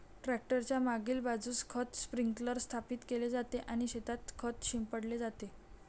tractor च्या मागील बाजूस खत स्प्रिंकलर स्थापित केले जाते आणि शेतात खत शिंपडले जाते